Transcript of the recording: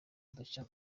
agashya